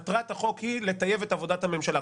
מטרת החוק היא לטייב את עבודת הממשלה.